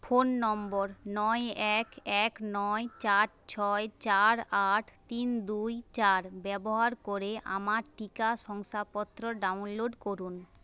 phone number নয় এক এক নয় চার ছয় চার আট তিন দুই চার ব্যবহার করে আমার টিকা শংসাপত্র ডাউনলোড করুন